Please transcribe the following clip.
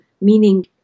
meaning